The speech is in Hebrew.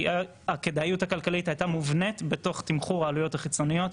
כי הכדאיות הכלכלית הייתה מובנית בתוך תמחור העלויות החיצוניות.